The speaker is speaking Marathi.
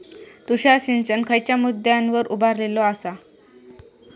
तुषार सिंचन खयच्या मुद्द्यांवर उभारलेलो आसा?